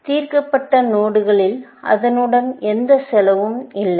தீர்க்கப்பட்ட நோடுகளில் அதனுடன் எந்த செலவும் இல்லை